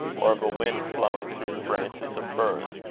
or of wind flowing through the branches of firs.